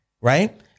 right